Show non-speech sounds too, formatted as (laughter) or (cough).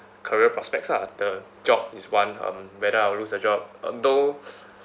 career prospects ah the job is one um whether I'll lose a job although (noise)